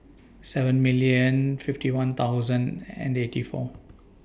seven million fifty one thousand and eighty four